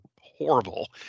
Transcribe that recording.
horrible